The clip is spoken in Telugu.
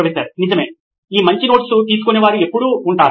ప్రొఫెసర్ నిజమే ఈ మంచి నోట్స్ తీసుకునేవారు ఎప్పుడూ ఉంటారు